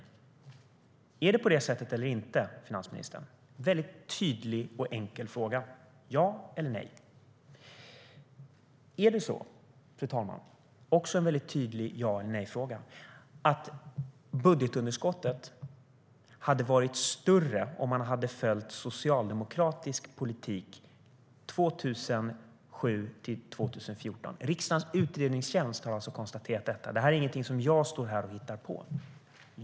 Är det på det sättet eller inte, finansministern? Det är en tydlig och enkel fråga - ja eller nej? Är det så, fru talman - det här är också en tydlig ja-eller-nej-fråga - att budgetunderskottet hade varit större om man hade följt socialdemokratisk politik 2007-2014? Riksdagens utredningstjänst har alltså konstaterat detta. Det är ingenting som jag står här och hittar på.